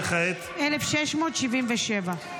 וכעת -- 1677.